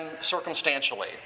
circumstantially